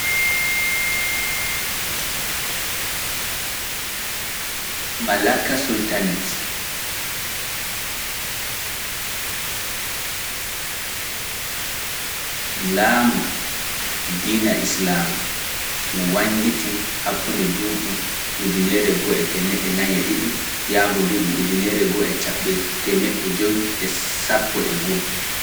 Malaka Sultaniit Laamu diina Islaama ngu wañngiti hakkunde duuɓu ujunere goo e teemeɗɗe nayi e ɗiɗi yaago duuɓu ujunere goo e caɓɓe teemeɗɗe jowi e sappo e goo.